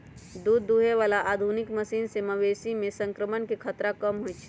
दूध दुहे बला आधुनिक मशीन से मवेशी में संक्रमण के खतरा कम होई छै